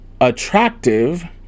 attractive